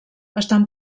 estan